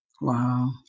Wow